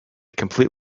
complete